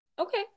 Okay